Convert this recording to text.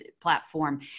platform